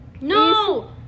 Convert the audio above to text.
No